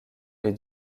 les